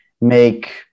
make